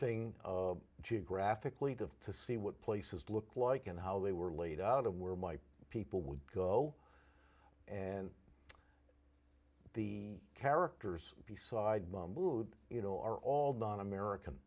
surfing geographically to to see what places look like and how they were laid out of where my people would go and the characters beside mahmoud you know are all done american